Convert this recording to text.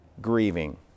grieving